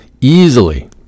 easily